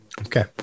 Okay